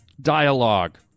dialogue